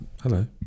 Hello